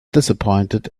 disappointed